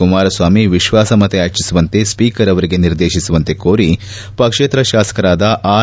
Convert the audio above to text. ಕುಮಾರಸ್ವಾಮಿ ವಿಶ್ವಾಸಮತ ಯಾಚಿಸುವಂತೆ ಸ್ಪೀಕರ್ ಅವರಿಗೆ ನಿರ್ದೇತಿಸುವಂತೆ ಕೋರಿ ಪಕ್ಷೇತರ ಶಾಸಕರಾದ ಆರ್